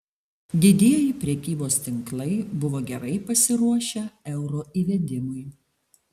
didieji prekybos tinklai buvo gerai pasiruošę euro įvedimui